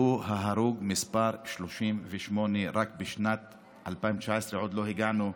והוא ההרוג ה-38 רק בשנת 2019. עוד לא הגענו,